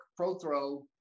Prothrow